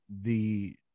the-